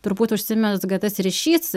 turbūt užsimezga tas ryšys